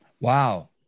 Wow